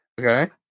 Okay